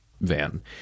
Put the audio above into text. van